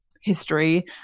history